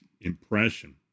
impression